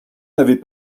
n’avait